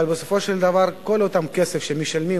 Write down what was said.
אבל בסופו של דבר כל אותו כסף שאנחנו משלמים,